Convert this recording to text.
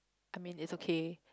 I mean it's okay